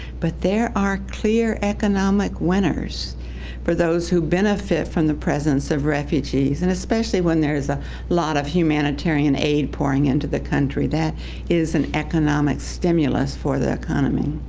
but there are clear economic winners for those who benefit from the presence of refugees and especially when there is a lot of humanitarian aid pouring into the country. that is an economic stimulus for the economy,